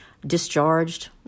discharged